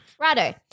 Righto